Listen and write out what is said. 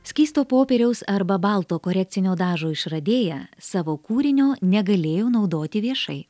skysto popieriaus arba balto korekcinio dažo išradėja savo kūrinio negalėjo naudoti viešai